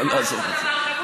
אבל עזוב את זה.